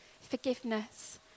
forgiveness